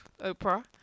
Oprah